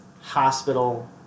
hospital